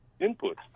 input